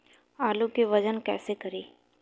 आलू के वजन कैसे करी?